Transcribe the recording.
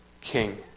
king